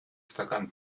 стакан